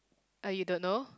uh you don't know